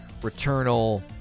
Returnal